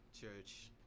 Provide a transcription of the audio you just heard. church